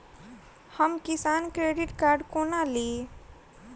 हम किसान credit card कोना ली?